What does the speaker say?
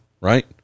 right